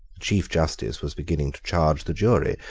chief justice was beginning to charge the jury,